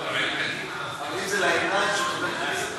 אבל אם זה לעיניים של חבר כנסת,